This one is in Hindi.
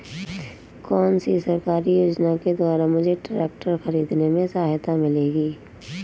कौनसी सरकारी योजना के द्वारा मुझे ट्रैक्टर खरीदने में सहायता मिलेगी?